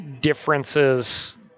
differences